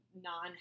Non